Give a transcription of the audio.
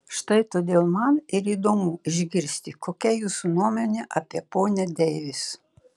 štai todėl man ir įdomu išgirsti kokia jūsų nuomonė apie ponią deivis